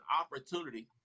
opportunity